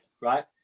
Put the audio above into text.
right